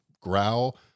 growl